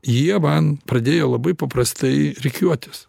jie man pradėjo labai paprastai rikiuotis